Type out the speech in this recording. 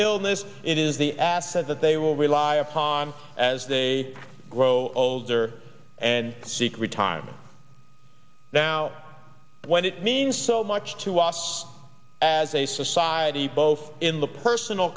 illness it is the asset that they will rely upon as they grow older and seek retirement now what it means so much to us as a society both in the personal